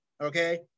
okay